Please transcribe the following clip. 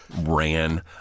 Ran